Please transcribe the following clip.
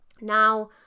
Now